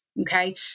okay